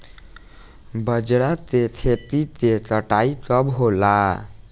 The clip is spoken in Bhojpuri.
बजरा के खेती के कटाई कब होला?